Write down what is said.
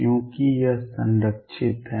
क्योंकि यह संरक्षित है